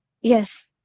Yes